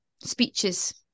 speeches